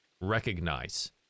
recognize